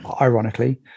ironically